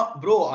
bro